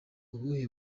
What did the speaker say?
ubuhe